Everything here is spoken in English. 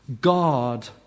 God